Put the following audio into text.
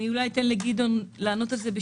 אולי אתן לגדעון פרידמן לענות על זה.